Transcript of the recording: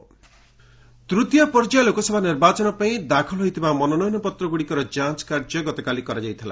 scrutiny ତୂତୀୟ ପର୍ଯ୍ୟାୟ ଲୋକସଭା ନିର୍ବାଚନ ପାଇଁ ଦାଖଲ ହୋଇଥିବା ମନୋନୟନପତ୍ରଗୁଡ଼ିକର ଯାଞ୍ଚ କାର୍ଯ୍ୟ ଗତକାଲି କରାଯାଇଥିଲା